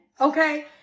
okay